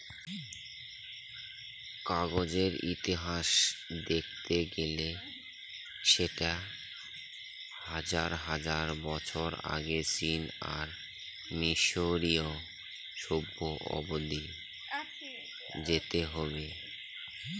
কাগজের ইতিহাস দেখতে গেলে সেটা হাজার হাজার বছর আগে চীন আর মিসরীয় সভ্য অব্দি যেতে হবে